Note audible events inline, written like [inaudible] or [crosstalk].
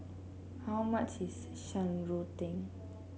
how much is [noise] Shan Rui Tang